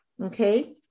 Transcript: Okay